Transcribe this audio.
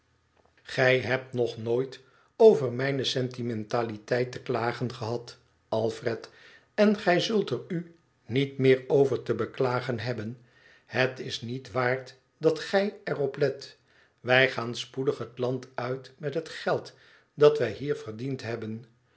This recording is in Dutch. gij hebt nog nooit over mijne sentimentaliteit te klagen gehad alfred en gij zult er u niet meer over te beklagen hebben het is niet waard dat gij er op let wij gaan spoedig het land uit met het geld dat wij hier verdiend hebben